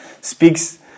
speaks